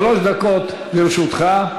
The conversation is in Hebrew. שלוש דקות לרשותך.